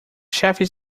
chefes